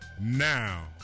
Now